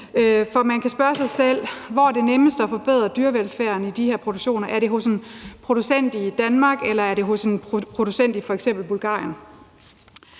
for man kan spørge sig selv, hvor det er nemmest at forbedre dyrevelfærden i de her produktioner. Er det hos en producent i Danmark, eller er det hos en producent i f.eks. Bulgarien?